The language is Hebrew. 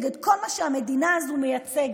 נגד כל מה שהמדינה הזו מייצגת.